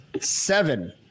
seven